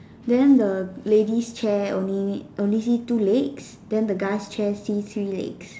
then the lady's chair only only see two legs then the guy's chair see three legs